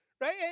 right